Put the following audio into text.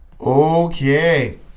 okay